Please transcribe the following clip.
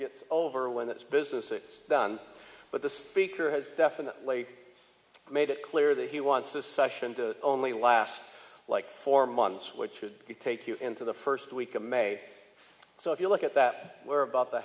gets over when its business is done but the speaker has definitely made it clear that he wants this session to only last like four months which would take you into the first week of may so if you look at that we're about the